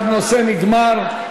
הנושא נגמר.